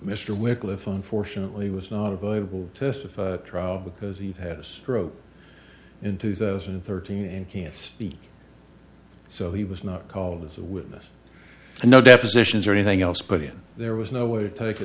mr wickliffe unfortunately was not available testify trial because he had a stroke in two thousand and thirteen and can't speak so he was not called as a witness no depositions or anything else but again there was no way to take